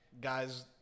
Guys